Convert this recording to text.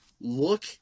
look